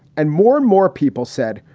and more and more people said,